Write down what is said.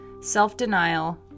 self-denial